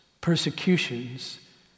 persecutions